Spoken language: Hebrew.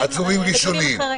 עצורים ראשוניים.